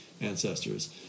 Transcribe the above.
ancestors